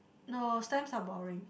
no stamps are boring